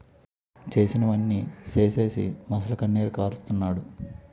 చేసినవన్నీ సేసీసి మొసలికన్నీరు కారస్తన్నాడు